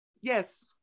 Yes